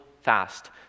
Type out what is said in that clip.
fast